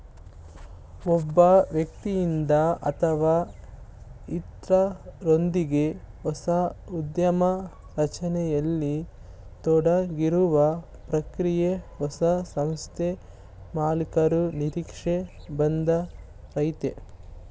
ಒಬ್ಬ ವ್ಯಕ್ತಿಯಿಂದ ಅಥವಾ ಇತ್ರರೊಂದ್ಗೆ ಹೊಸ ಉದ್ಯಮ ರಚನೆಯಲ್ಲಿ ತೊಡಗಿರುವ ಪ್ರಕ್ರಿಯೆ ಹೊಸ ಸಂಸ್ಥೆಮಾಲೀಕರು ನಿರೀಕ್ಷೆ ಒಂದಯೈತೆ